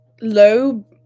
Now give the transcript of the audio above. low